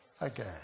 again